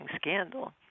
scandal